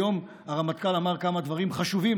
היום הרמטכ"ל אמר כמה דברים חשובים,